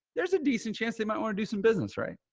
there's a decent chance. they might want to do some business. right.